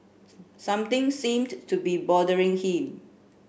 something seems to be bothering him